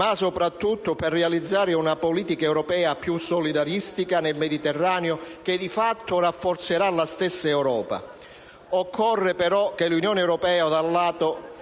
ma soprattutto per realizzare una politica europea più solidaristica nel Mediterraneo che, di fatto, rafforzerà la stessa Europa. Occorre però che l'Unione europea, da un lato,